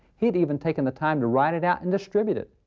he'd even taken the time to write it out and distribute it.